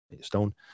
stone